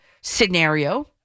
scenario